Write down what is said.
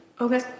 Okay